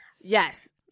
Yes